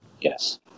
yes